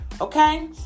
Okay